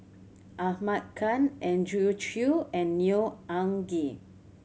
Ahmad Khan Andrew Chew and Neo Anngee